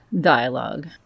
dialogue